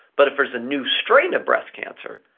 but if there's a new strain of breast cancer,